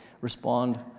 Respond